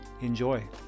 Enjoy